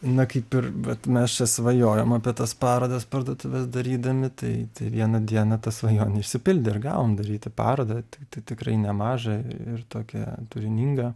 na kaip ir vat mes čia svajojom apie tas parodas parduotuves darydami tai vieną dieną ta svajonė išsipildė ir gavom daryti parodą tai tikrai nemažą ir tokią turiningą